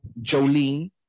Jolene